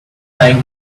lying